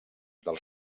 dels